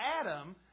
Adam